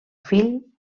fill